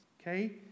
Okay